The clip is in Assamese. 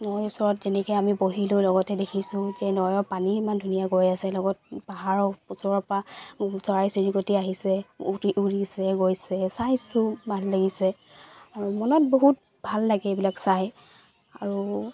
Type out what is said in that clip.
নৈ ওচৰত যেনেকৈ আমি বহিলো লগতে দেখিছো যে নৈৰ পানী ইমান ধুনীয়া গৈ আছে লগত পাহাৰৰ ওচৰৰ পৰা চৰাই চিৰিকটি আহিছে উটি উৰিছে গৈছে চাইছো ভাল লাগিছে আৰু মনত বহুত ভাল লাগে এইবিলাক চাই আৰু